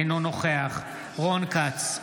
אינו נוכח רון כץ,